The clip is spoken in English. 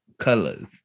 Colors